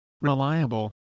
reliable